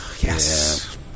Yes